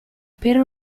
per